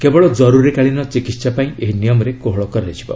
କେବଳ ଜରୁରୀ କାଳିନ ଚିକିତ୍ସା ପାଇଁ ଏହି ନିୟମରେ କୋହଳ କରାଯିବ